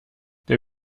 der